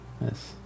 yes